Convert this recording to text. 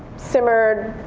simmered,